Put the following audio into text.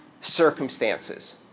circumstances